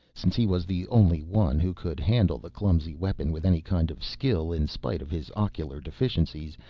since he was the only one who could handle the clumsy weapon with any kind of skill in spite of his ocular deficiencies,